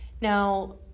Now